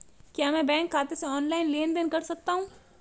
क्या मैं बैंक खाते से ऑनलाइन लेनदेन कर सकता हूं?